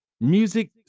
music